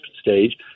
stage